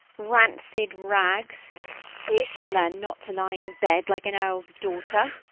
rancid rags you shall learn not to lie in bed like an earl's daughter.